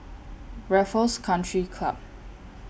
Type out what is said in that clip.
Raffles Country Club